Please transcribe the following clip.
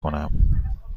کنم